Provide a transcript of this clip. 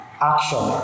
action